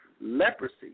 Leprosy